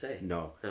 No